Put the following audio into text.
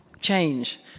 change